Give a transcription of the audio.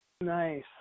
Nice